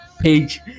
page